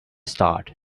start